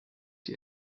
die